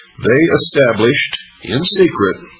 they established, in secret,